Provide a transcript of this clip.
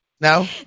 No